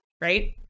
right